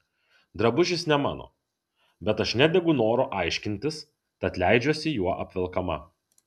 drabužis ne mano bet aš nedegu noru aiškintis tad leidžiuosi juo apvelkama